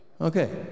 Okay